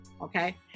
Okay